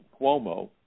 Cuomo